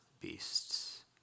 beasts